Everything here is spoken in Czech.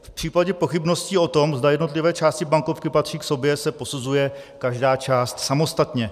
V případě pochybností o tom, zda jednotlivé části bankovky patří k sobě, se posuzuje každá část samostatně.